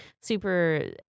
super